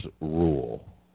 rule